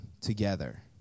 together